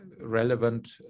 relevant